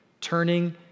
Turning